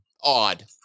odd